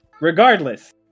regardless